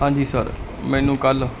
ਹਾਂਜੀ ਸਰ ਮੈਨੂੰ ਕੱਲ